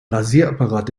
rasierapparat